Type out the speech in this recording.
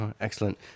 Excellent